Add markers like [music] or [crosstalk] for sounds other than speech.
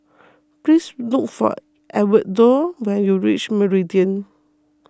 [noise] please look for Edwardo when you reach Meridian